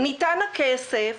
ניתן הכסף,